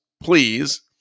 Please